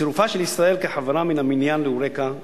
צירופה של ישראל כחברה מן המניין ל"יוריקה"